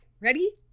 Ready